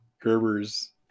Gerber's